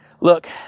look